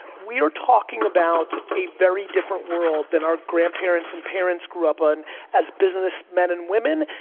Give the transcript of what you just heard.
we're talking about a very different world than our grandparents and parents grew up in as businessmen and women,